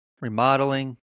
remodeling